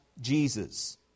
Jesus